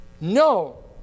No